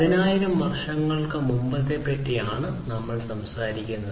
10000 വർഷങ്ങൾക്ക് മുമ്പത്തെ പറ്റിയാണ് നമ്മൾ സംസാരിക്കുന്നത്